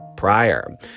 prior